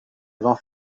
vend